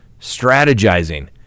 strategizing